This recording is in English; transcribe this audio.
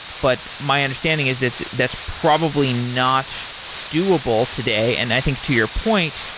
but my understanding is it that's probably not doable today, and i think to your point,